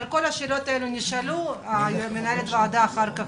כל השאלות האלה נשאלו ונכתבו ויעברו